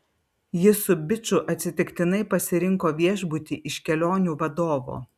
jis su biču atsitiktinai pasirinko viešbutį iš kelionių vadovo